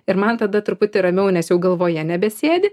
ir man tada truputį ramiau nes jau galvoje nebesėdi